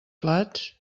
plats